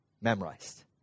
memorized